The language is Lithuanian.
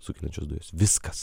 sukeliančios dujos viskas